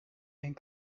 geen